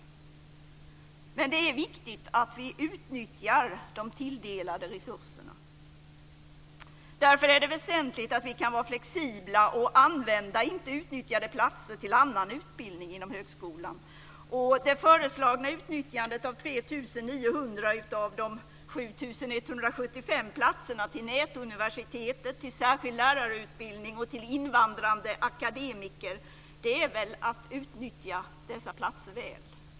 Men det är viktigt att vi utnyttjar de tilldelade resurserna. Därför är det väsentligt att vi kan vara flexibla och använda inte utnyttjade platser till annan utbildning inom högskolan. Det föreslagna utnyttjandet av 3 900 av de 7 175 platserna till nätuniversitetet, till särskild lärarutbildning och till invandrade akademiker är väl att utnyttja dessa platser väl?